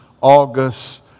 August